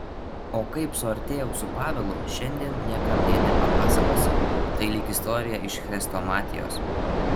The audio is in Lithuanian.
o kaip suartėjau su pavelu šiandien niekam nė nepapasakosi tai lyg istorija iš chrestomatijos